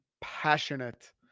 passionate